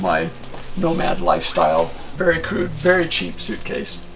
my nomad lifestyle. very crude, very cheap suitcase.